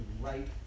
right